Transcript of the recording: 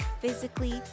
physically